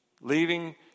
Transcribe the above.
leaving